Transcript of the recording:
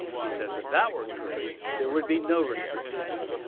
he says if that were true, there would be no restrictions.